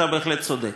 אתה באמת צודק.